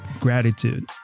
gratitude